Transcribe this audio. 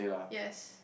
yes